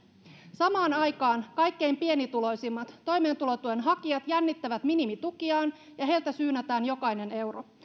samaan aikaan kaikkein pienituloisimmat toimeentulotuen hakijat jännittävät minimitukiaan ja heiltä syynätään jokainen euro